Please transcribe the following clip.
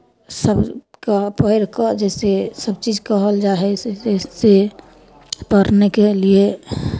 सभ कऽ पढ़ि कऽ जइसे सभ चीज कहल जाइ हइ जइसे से पढ़नेके लिए